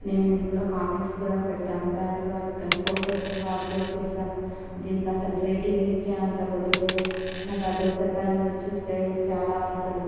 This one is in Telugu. నేను ఇందులో కామెంట్స్ కూడా పెట్టాను బ్యాడ్ ప్రోడక్ట్ అని ఫొటోస్ కూడా అప్లోడ్ చేసాను దీనికి అసలు రేటింగ్ ఇచ్చే అంత కూడా లేదు నాకు ఆ దోశ పాన్ చూస్తే అసలు